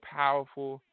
powerful